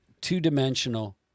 two-dimensional